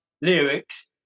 lyrics